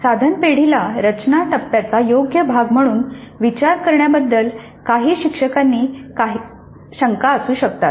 साधन पेढीेला रचना टप्प्याचा योग्य भाग म्हणून विचार करण्याबद्दल काही शिक्षकांना शंका असू शकतात